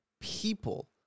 people